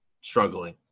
struggling